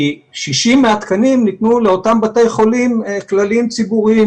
כי 60 מהתקנים ניתנו לאותם בתי חולים כלליים ציבוריים